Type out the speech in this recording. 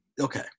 okay